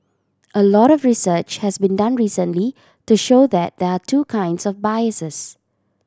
a lot of research has been done recently to show that there are two kinds of biases